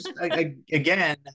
again